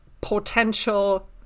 potential